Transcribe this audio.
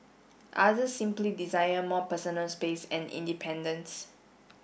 others simply desire more personal space and independence